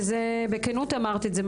ובכנות אמרת את זה,